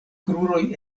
kruroj